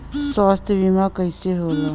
स्वास्थ्य बीमा कईसे होला?